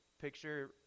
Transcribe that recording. picture